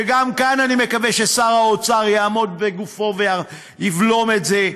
שגם כאן אני מקווה ששר האוצר יעמוד בגופו ויבלום את זה.